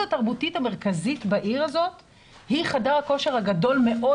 התרבותית המרכזית בעיר הזאת היא חדר הכושר הגדול מאוד,